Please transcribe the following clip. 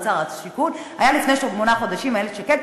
ומשר השיכון הייתה לפני שמונה חודשים איילת שקד.